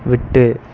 விட்டு